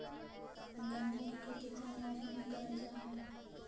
गन्ना के खेती कोउन मौसम मे करल जा हई?